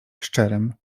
szczerym